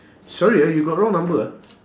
sorry ah you got wrong number ah